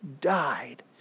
died